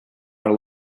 our